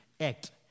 act